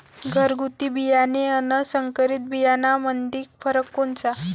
घरगुती बियाणे अन संकरीत बियाणामंदी फरक कोनचा?